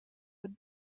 would